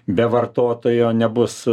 be vartotojo nebus